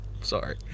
sorry